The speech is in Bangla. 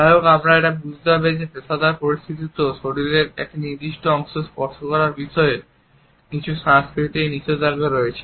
যাই হোক আমাদের এটাও বুঝতে হবে যে পেশাদার পরিস্থিতিতেও শরীরের একটি নির্দিষ্ট অংশ স্পর্শ করার বিষয়ে কিছু সাংস্কৃতিক নিষেধাজ্ঞা রয়েছে